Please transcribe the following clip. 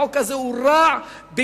החוק הזה הוא רע ביסודו,